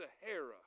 Sahara